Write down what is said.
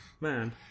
Man